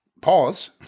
pause